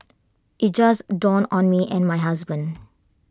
IT just dawned on me and my husband